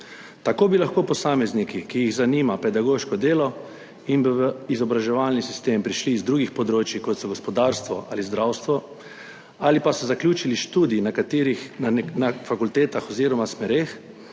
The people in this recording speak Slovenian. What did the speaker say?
Tako bi lahko posamezniki, ki jih zanima pedagoško delo, v izobraževalni sistem prišli iz drugih področij, kot so gospodarstvo ali zdravstvo, ali pa so zaključili študij, na katerih, na fakultetah oziroma smereh,